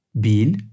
Bil